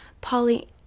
Polly